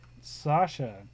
Sasha